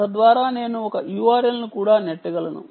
తద్వారా నేను ఒక URL ను కూడా నెట్టగలను